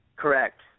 Correct